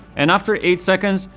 and after eight seconds,